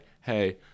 hey